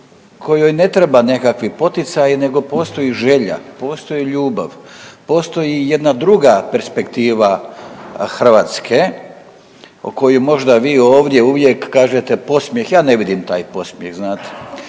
kojoj ne trebaju nekakvi poticaji nego postoji želja, postoji ljubav, postoji jedna druga perspektiva Hrvatske o kojoj možda vi ovdje uvijek kažete podsmijeh, ja ne vidim taj podsmijeh znate.